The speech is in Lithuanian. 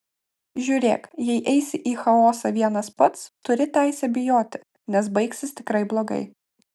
žiūrėk jei eisi į chaosą vienas pats turi teisę bijoti nes baigsis tikrai blogai